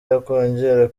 yakongera